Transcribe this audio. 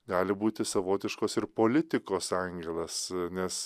gali būti savotiškos ir politikos angelas nes